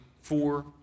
four